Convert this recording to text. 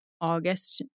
August